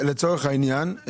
לצורך העניין,